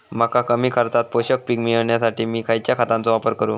मका कमी खर्चात पोषक पीक मिळण्यासाठी मी खैयच्या खतांचो वापर करू?